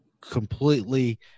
completely